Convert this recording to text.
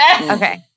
Okay